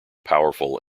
powerful